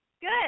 Good